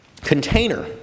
container